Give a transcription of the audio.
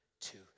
two